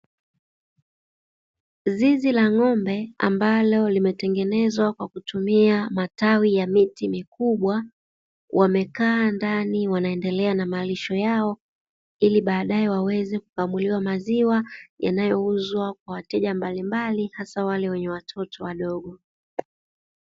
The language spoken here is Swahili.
Zizi la ng'ombe ambalo limetengenezwa kwa kutumia matawi ya miti mikubwa, wamekaa ndani wanaendelea na malisho yao ili baadae waweze kukamuliwa maziwa, yanayouzwa kwa wateja mbalimbali hasa wale wenye watoto wadogo.